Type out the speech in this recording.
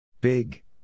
Big